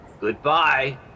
Goodbye